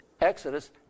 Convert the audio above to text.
Exodus